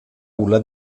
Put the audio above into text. culla